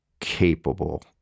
capable